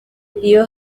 iyo